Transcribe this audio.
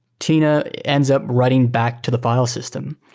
tina ends up writing back to the file system.